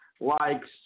likes